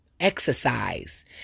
exercise